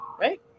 Right